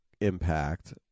impact